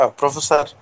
professor